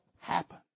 happen